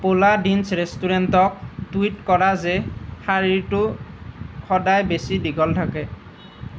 পোলা ডিনছ ৰেষ্টুৰেণ্টক টুইট কৰা যে শাৰীটো সদায় বেছি দীঘল থাকে